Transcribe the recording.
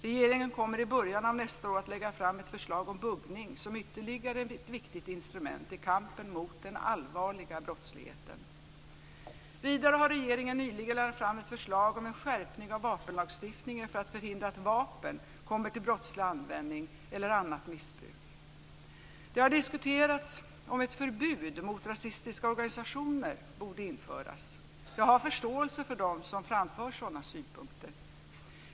Regeringen kommer i början av nästa år att lägga fram ett förslag om buggning som ytterligare ett viktigt instrument i kampen mot den allvarliga brottsligheten. Vidare har regeringen nyligen lagt fram ett förslag om en skärpning av vapenlagstiftningen för att förhindra att vapen kommer till brottslig användning eller annat missbruk. Det har diskuterats om ett förbud mot rasistiska organisationer borde införas. Jag har förståelse för dem som framför sådana synpunkter.